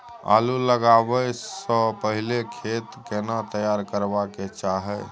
आलू लगाबै स पहिले खेत केना तैयार करबा के चाहय?